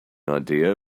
idea